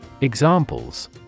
Examples